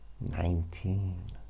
Nineteen